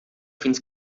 fins